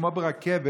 כמו של הרכבת,